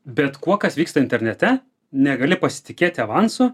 bet kuo kas vyksta internete negali pasitikėti avansu